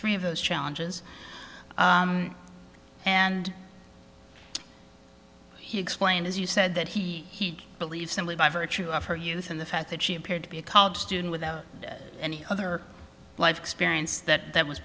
three of those challenges and he explained as you said that he believes simply by virtue of her youth and the fact that she appeared to be a college student without any other life experience that that was